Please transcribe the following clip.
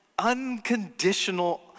Unconditional